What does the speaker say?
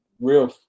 real